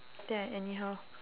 then I anyhow